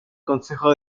consejo